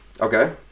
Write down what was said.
Okay